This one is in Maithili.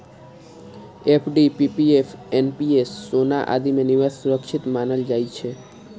एफ.डी, पी.पी.एफ, एन.पी.एस, सोना आदि मे निवेश सुरक्षित मानल जाइ छै